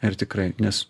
ir tikrai nes